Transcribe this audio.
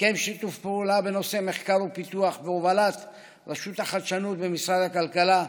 הסכם שיתוף פעולה בנושא מחקר ופיתוח בהובלת רשות החדשנות במשרד הכלכלה,